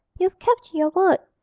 you've kept your word,